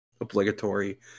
Obligatory